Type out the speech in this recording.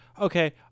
okay